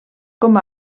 com